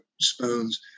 spoons